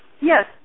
Yes